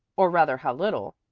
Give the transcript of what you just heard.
or rather how little,